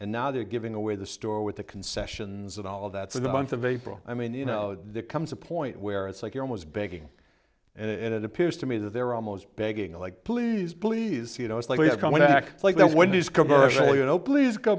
and now they're giving away the store with the concessions and all of that so the month of april i mean you know there comes a point where it's like you're almost begging and it appears to me that they're almost begging like please please you know it's like you're coming back like this when these commercial you know please go